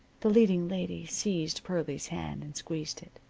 the leading lady seized pearlie's hand and squeezed it.